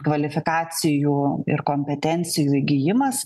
kvalifikacijų ir kompetencijų įgijimas